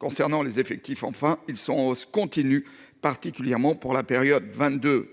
En outre, les effectifs sont en hausse continue, particulièrement sur la période 2022